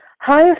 Hi